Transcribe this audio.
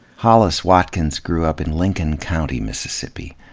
hollis watkins grew up in lincoln county, mississippi.